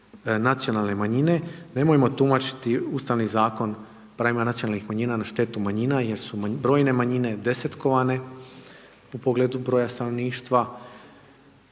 nacionalne manjine, nemojmo tumačiti Ustavni zakon pravima nacionalnih manjina na štetu manjina jer su brojne manjine desetkovane u pogledu broja stanovništva,